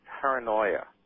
paranoia